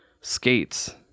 skates